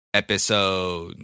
episode